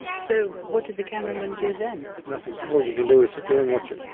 so what did the cameraman do then? nothing. all you can do it sit there and watch it.